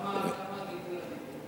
מה הגידול הטבעי?